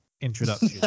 introduction